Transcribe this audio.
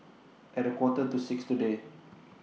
At A Quarter to six today